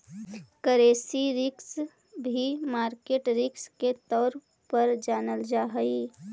currency risk भी market risk के तौर पर जानल जा हई